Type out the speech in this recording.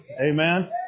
amen